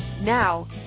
Now